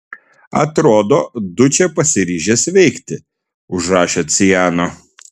atrodo dučė pasiryžęs veikti užrašė ciano